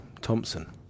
Thompson